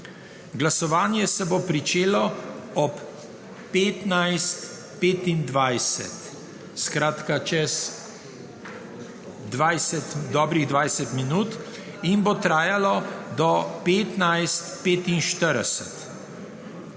Glasovanje se bo pričelo ob 15.25, čez dobrih 20 minut, in bo trajalo do 15.45.